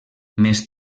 més